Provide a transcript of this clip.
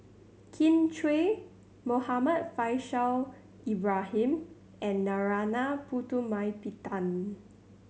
Kin Chui Muhammad Faishal Ibrahim and Narana Putumaippittan